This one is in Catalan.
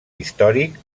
històric